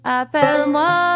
appelle-moi